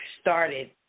started